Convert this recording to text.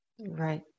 Right